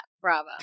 bravo